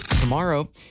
Tomorrow